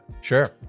Sure